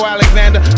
Alexander